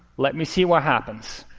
let me see what happens.